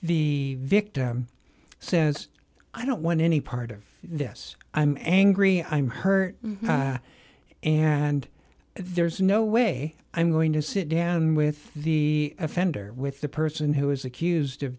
the victim says i don't want any part of this i'm angry i'm hurt and there's no way i'm going to sit down with the offender with the person who is accused of